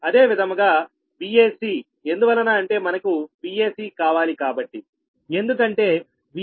అదే విధముగాVac ఎందువలన అంటే మనకు Vac కావాలి కాబట్టి ఎందుకంటే Vab Vac 3 Van